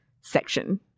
section